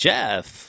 Jeff